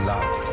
Love